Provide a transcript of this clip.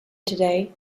today